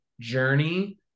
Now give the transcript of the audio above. journey